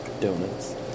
Donuts